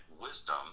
wisdom